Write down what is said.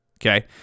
Okay